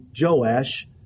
Joash